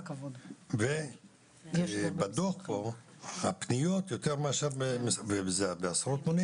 ובדוח פה הפניות מהרווחה בעשרות מונים